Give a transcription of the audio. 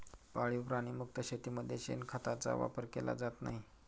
पाळीव प्राणी मुक्त शेतीमध्ये शेणखताचा वापर केला जात नाही